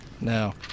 No